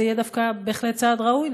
זה יהיה דווקא בהחלט צעד ראוי,